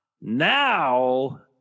now